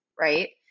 right